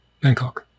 Bangkok